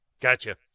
Gotcha